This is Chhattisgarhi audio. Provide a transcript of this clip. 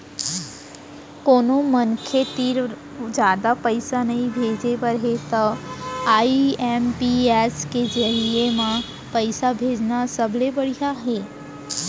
कोनो मनसे तीर जादा पइसा नइ भेजे बर हे तव आई.एम.पी.एस के जरिये म पइसा भेजना सबले बड़िहा हे